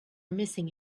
missing